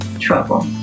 trouble